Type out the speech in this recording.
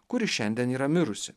kuri šiandien yra mirusi